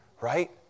Right